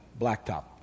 blacktop